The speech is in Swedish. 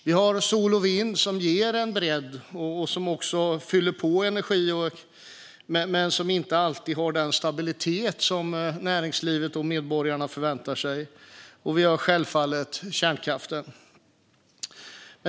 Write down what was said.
Vi har sol och vind som ger bredd och fyller på med energi men som inte alltid har den stabilitet som näringslivet och medborgarna förväntar sig, och vi har självfallet kärnkraften.